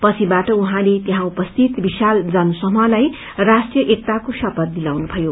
पछिबाट उहाँले त्यहाँ उपस्थित विशाल जनसमूहताई राष्ट्रीय एकताको शपथ दिलाउनुभयो